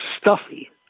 stuffy